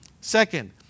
Second